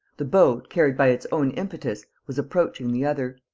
the boat, carried by its own impetus, was approaching the other.